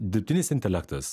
dirbtinis intelektas